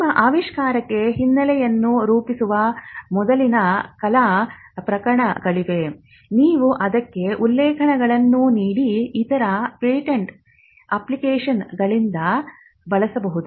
ನಿಮ್ಮ ಆವಿಷ್ಕಾರಕ್ಕೆ ಹಿನ್ನೆಲೆಯನ್ನು ರೂಪಿಸುವ ಮೊದಲಿನ ಕಲಾ ಪ್ರಕಟಣೆಗಳಿದ್ದರೆ ನೀವು ಅದಕ್ಕೆ ಉಲ್ಲೇಖಗಳನ್ನು ನೀಡಿ ಇತರ ಪೇಟೆಂಟ್ ಅಪ್ಲಿಕೇಶನ್ಗಳಿಂದ ಬಳಸಬಹುದು